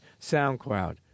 SoundCloud